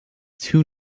too